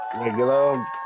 regular